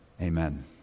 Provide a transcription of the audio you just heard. Amen